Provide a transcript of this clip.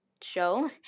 show